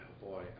boy